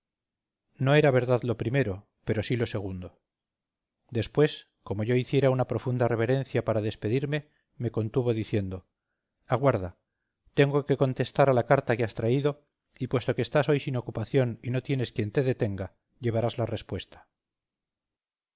no era verdad lo primero pero sí lo segundo después como yo hiciera una profunda reverencia para despedirme me contuvo diciendo aguarda tengo que contestar a la carta que has traído y puesto que estás hoy sin ocupación y no tienes quien te detenga llevarás la respuesta